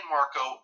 Marco